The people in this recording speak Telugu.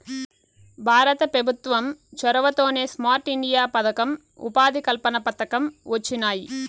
భారత పెభుత్వం చొరవతోనే స్మార్ట్ ఇండియా పదకం, ఉపాధి కల్పన పథకం వొచ్చినాయి